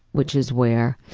which is where